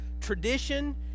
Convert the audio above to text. tradition